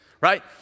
right